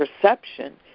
perception